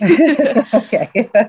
Okay